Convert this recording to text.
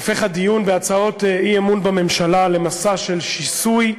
הופך הדיון בהצעות האי-אמון בממשלה למסע של שיסוי,